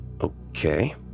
Okay